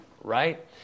right